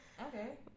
Okay